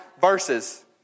verses